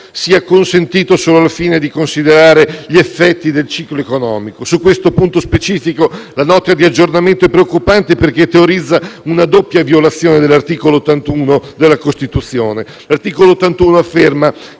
sia consentito solo al fine di considerare gli effetti del ciclo economico. Su questo punto specifico, la Nota di aggiornamento è preoccupante perché teorizza una doppia violazione dell'articolo 81 della Costituzione. L'articolo 81 afferma